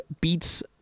beats